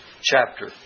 chapter